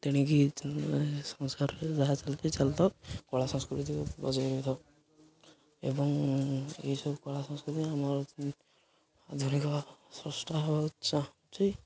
ତେଣିକି ସଂସାରରେ ଯାହା ଚାଲିଛି ଚାଲଥାଉ କଳା ସଂସ୍କୃତିକୁ ବଜାୟ ରଖିଥାଅ ଏବଂ ଏହିସବୁ କଳା ସଂସ୍କୃତି ଆମର ଆଧୁନିକ ଚେଷ୍ଟା ହେବାକୁ ଯାଉଛି